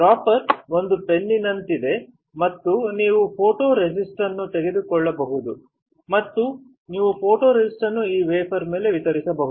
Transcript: dropper ಒಂದು ಫೆನ್ನೆಲ್ನಂತಿದೆ ಮತ್ತು ನೀವು ಫೋಟೊರೆಸಿಸ್ಟ್ ಅನ್ನು ತೆಗೆದುಕೊಳ್ಳಬಹುದು ಮತ್ತು ನೀವು ಫೋಟೊರೆಸಿಸ್ಟ್ ಅನ್ನು ಈ ವೇಫರ್ ಮೇಲೆ ವಿತರಿಸಬಹುದು